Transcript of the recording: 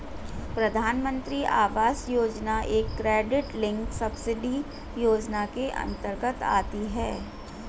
प्रधानमंत्री आवास योजना एक क्रेडिट लिंक्ड सब्सिडी योजना के अंतर्गत आती है